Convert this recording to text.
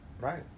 Right